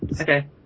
Okay